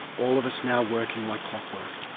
all of us now working like clockwork,